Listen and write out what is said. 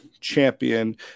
champion